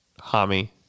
Hami